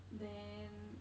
then